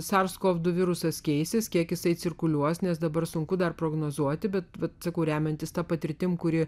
sars kov du virusas keisis kiek jisai cirkuliuos nes dabar sunku dar prognozuoti bet sakau remiantis ta patirtim kuri